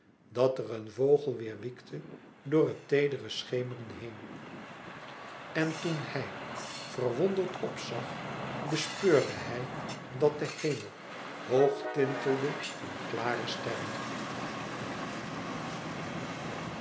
dat er een vogel weêr wiekte door het teedere schemeren heen en toen hij verwonderd p zag bespeurde hij dat de hemel hoog tintelde van klare